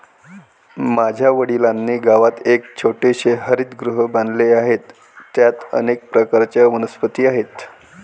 माझ्या वडिलांनी गावात एक छोटेसे हरितगृह बांधले आहे, त्यात अनेक प्रकारच्या वनस्पती आहेत